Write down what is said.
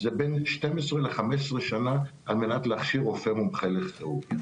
זה בין 12 ל-15 שנה על מנת להכשיר רופא מומחה בכירורגיה.